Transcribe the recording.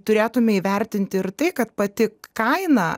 turėtume įvertinti ir tai kad pati kaina